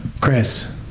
Chris